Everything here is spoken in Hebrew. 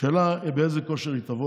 השאלה היא באיזה כושר היא תבוא